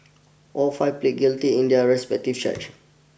all five pleaded guilty in their respective charges